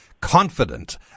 Confident